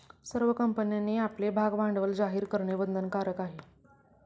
सर्व कंपन्यांनी आपले भागभांडवल जाहीर करणे बंधनकारक आहे